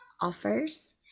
offers